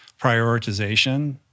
prioritization